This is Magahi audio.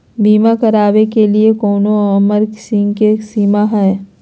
बीमा करावे के लिए कोनो उमर के सीमा है?